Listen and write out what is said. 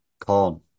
corn